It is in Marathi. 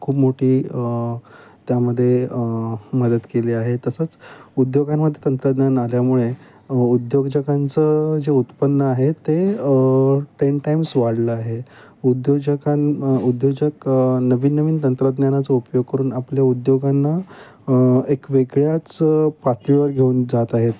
खूप मोठी त्यामध्ये मदत केली आहे तसंच उद्योगांमध्ये तंत्रज्ञान आल्यामुळे उद्योजकांचं जे उत्पन्न आहे ते टेन टाईम्स वाढलं आहे उद्योजकां उद्योजक नवीननवीन तंत्रज्ञानाचा उपयोग करून आपल्या उद्योगांना एक वेगळ्याच पातळीवर घेऊन जात आहेत